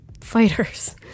fighters